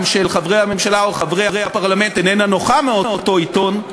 של חברי הממשלה או חברי הפרלמנט איננה נוחה מאותו עיתון,